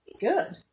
Good